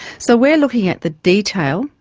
so we are looking at the detail,